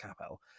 capel